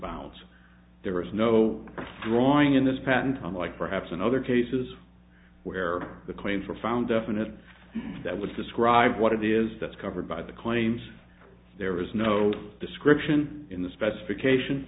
bounds there is no drawing in this patent on like perhaps in other cases where the claims are found definite that would describe what it is that's covered by the claims there is no description in the specification